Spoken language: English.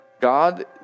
God